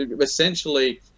Essentially